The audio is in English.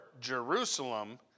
Jerusalem